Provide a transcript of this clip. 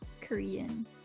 Korean